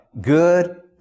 good